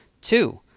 Two